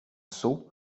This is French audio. seau